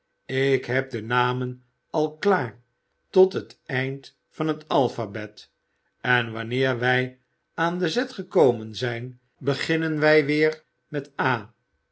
ik heb de namen al klaar tot aan het eind van het alphabet en wanneer wij aan de z gekomen zijn beginnen wij weer met a